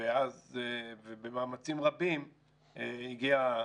ובמאמצים רבים הגיעה